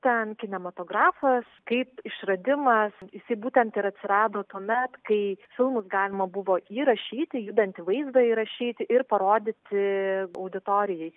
stibų ten kinematografas kaip išradimas jisai būtent ir atsirado tuomet kai filmus galima buvo įrašyti judantį vaizdą įrašyti ir parodyti auditorijai